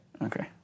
Okay